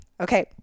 Okay